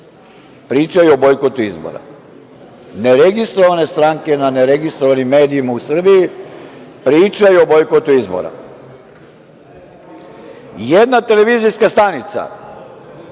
pričaju o bojkotu izbora. Ne registrovane stranke na ne registrovanim medijima u Srbiji pričaju o bojkotu izbora. Jedna televizijska stanica